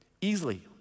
easily